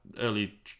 early